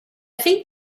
think